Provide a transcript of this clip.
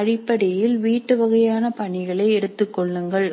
அடிப்படையில் வீட்டு வகையான பணிகளை எடுத்துக் கொள்ளுங்கள்